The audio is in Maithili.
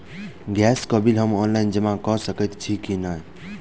गैस केँ बिल हम ऑनलाइन जमा कऽ सकैत छी की नै?